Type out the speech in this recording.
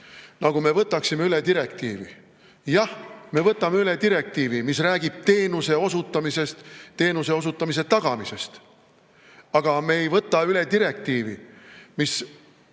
nagu me võtaksime üle direktiivi. Jah, me võtame üle direktiivi, mis räägib teenuse osutamisest, teenuse osutamise tagamisest, aga me ei võta üle direktiivi, mis